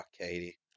Katie